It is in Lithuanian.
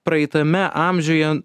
praeitame amžiuje